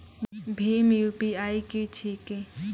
भीम UPI की छीके?